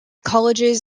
colleges